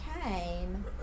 came